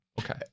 Okay